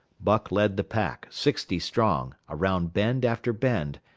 buck led the pack, sixty strong, around bend after bend,